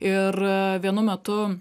ir vienu metu